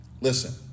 Listen